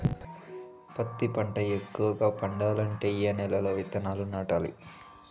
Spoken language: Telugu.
పత్తి పంట ఎక్కువగా పండాలంటే ఏ నెల లో విత్తనాలు నాటాలి?